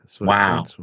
Wow